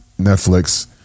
Netflix